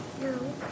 No